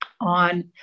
on